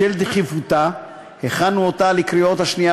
בשל דחיפותה הכנו אותה לקריאה השנייה